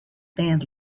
band